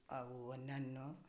ଆଉ ଅନ୍ୟାନ୍ୟ